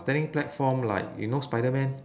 standing platform like you know spiderman